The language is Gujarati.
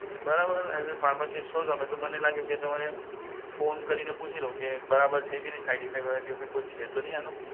બરાબર એઝ એ ફાર્માસિસ્ટ છો તમે તો મને લાગ્યું કે તમને ફોન કરીને પૂછી લઉં કે બરાબર છે કે નહીં સાઇડ ઇફૅક્ટ બાઇડ ઇફૅક્ટ કંઇ છે તો નહીં આનું